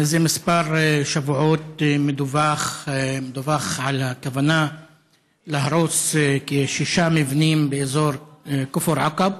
זה כמה שבועות מדווח על הכוונה להרוס כשישה מבנים באזור כפר עקב,